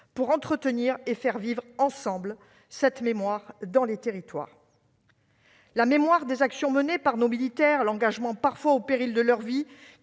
pour entretenir et faire vivre ensemble cette mémoire dans les territoires. La mémoire des actions menées par nos militaires, leur engagement pour la France, parfois au péril de leur vie,